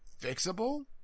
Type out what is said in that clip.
fixable